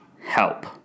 help